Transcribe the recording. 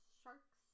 sharks